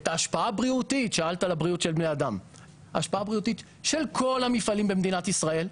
ההשפעה הבריאותית של כל המפעלים של מדינת ישראל,